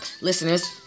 listeners